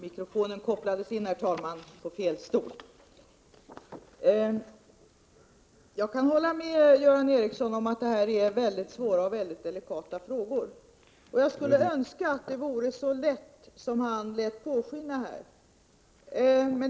Herr talman! Detta är, Göran Ericsson, väldigt svåra och väldigt delikata frågor. Jag skulle önska att det vore så lätt att lösa dem som Göran Ericsson låter påskina.